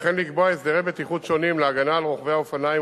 וכן לקבוע הסדרי בטיחות שונים להגנה על רוכבי האופניים,